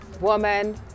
woman